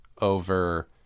over